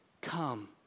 come